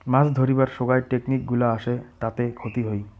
মাছ ধরিবার সোগায় টেকনিক গুলা আসে তাতে ক্ষতি হই